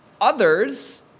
others